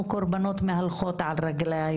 אנחנו קורבנות מהלכות על רגלים,